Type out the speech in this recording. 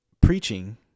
preaching